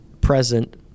present